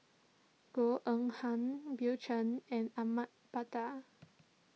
Goh Eng Han Bill Chen and Ahmad Mattar